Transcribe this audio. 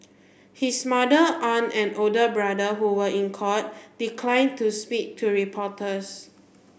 his mother aunt and older brother who were in court decline to speak to reporters